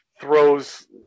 throws